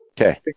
Okay